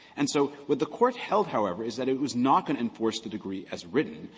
and so what the court held, however, is that it was not going to enforce the decree as written.